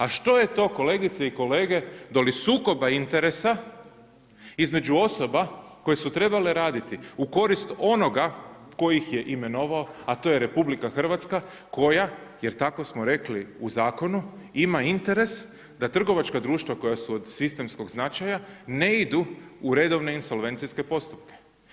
A što je to kolegice i kolege doli sukoba interesa između osoba koje su trebale raditi u korist onoga tko ih je imenova, a to je RH, koja, jer tako smo rekli u zakonu, ima interes da trgovačka društva koja su od sistemskog značaja ne idu u redovne insolvencijske postupke.